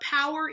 power